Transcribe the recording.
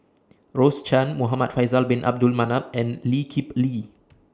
Rose Chan Muhamad Faisal Bin Abdul Manap and Lee Kip Lee